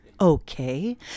okay